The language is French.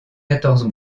quatorze